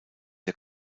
der